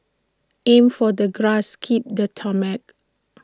aim for the grass skip the tarmac